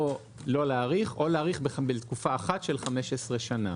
זה או לא להאריך או להאריך לתקופה אחת של 15 שנים,